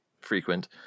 frequent